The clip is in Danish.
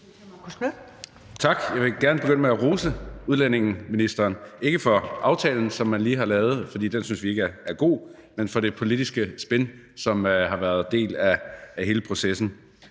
Tak. Jeg vil gerne begynde med at rose udlændingeministeren, ikke for aftalen, som man lige har lavet – for den synes vi ikke er god – men for det politiske spin, som har været en del af hele processen.